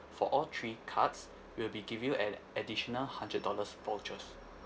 for all three cards we'll be give you an additional hundred dollars vouchers